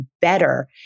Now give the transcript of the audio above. better